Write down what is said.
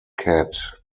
cat